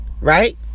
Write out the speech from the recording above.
right